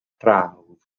prawf